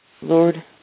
Lord